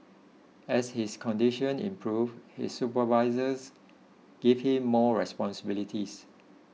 as his condition improved his supervisors gave him more responsibilities